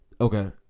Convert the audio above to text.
Okay